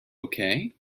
okay